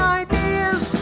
ideas